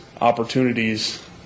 opportunities